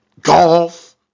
golf